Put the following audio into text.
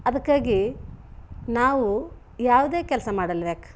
ಅದಕ್ಕಾಗಿ ನಾವು ಯಾವುದೇ ಕೆಲಸ ಮಾಡಲ್ವೇಕು